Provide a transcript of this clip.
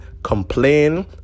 Complain